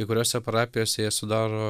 kai kuriose parapijose jie sudaro